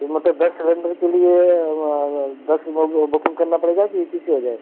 तो मतलब दस सिलेंडर के लिए दस बुकिंग करना पड़ेगा कि एक ही से हो जाएगा